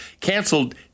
canceled